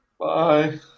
Bye